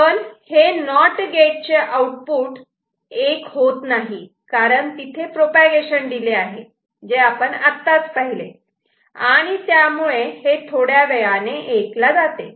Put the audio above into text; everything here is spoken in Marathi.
पण हे नॉट गेट चे आउटपुट लगेच 1 होत नाही कारण तिथे प्रोपागेशन डिले आहे जे आपण आत्ताच पाहिले आणि त्यामुळे हे थोड्या वेळाने 1 ला जाते